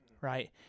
right